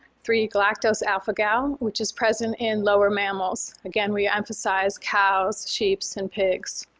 three galactose alpha-gal which is present in lower mammals. again, we emphasize cows, sheeps, and pigs.